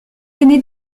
aînées